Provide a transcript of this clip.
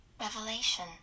Revelation